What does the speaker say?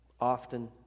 often